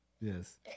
Yes